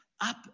up